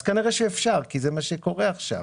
אז כנראה שאפשר, כי זה מה שקורה עכשיו.